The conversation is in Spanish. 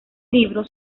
libros